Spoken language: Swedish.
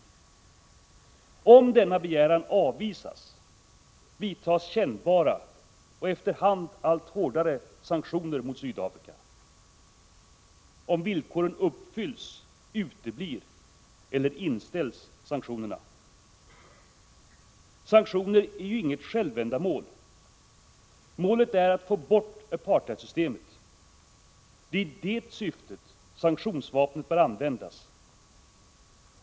Om denna begäran avvisas vidtas kännbara och efter hand allt hårdare sanktioner mot Sydafrika. Om villkoren uppfylls uteblir eller inställs sanktionerna. Sanktioner är ju inget självändamål. Målet är att få bort apartheidsystemet. Det är i det syftet sanktionsvapnet bör användas.